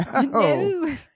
No